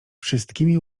wszystkimi